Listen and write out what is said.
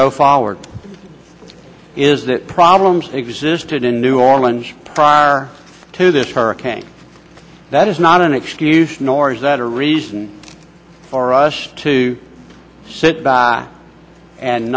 go forward is that problems existed in new orleans prior to this hurricane that is not an excuse nor is that a reason for us to sit back and